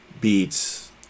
beats